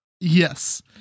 Yes